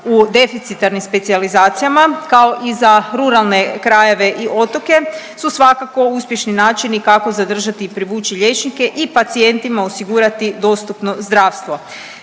u deficitarnim specijalizacijama kao i za ruralne krajeve i otoke su svakako uspješni načini kako zadržati i privući liječnike i pacijentima osigurati dostupno zdravstvo.